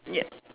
ya